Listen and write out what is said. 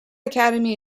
academy